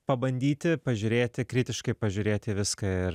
pabandyti pažiūrėti kritiškai pažiūrėti viską ir